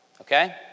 okay